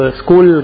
school